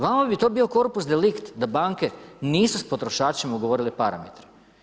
Vama bi to bio corpus delikt da banke nisu s potrošačima ugovorile parametre.